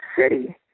city